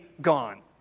gone